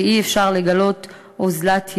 ואי-אפשר לגלות אוזלת יד.